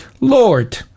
Lord